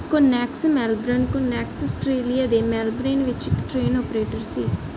Connex Melbourne Connex Australia ਦੇ Melbourne ਵਿਚ ਇੱਕ ਟ੍ਰੇਨ ਆਪਰੇਟਰ ਸੀ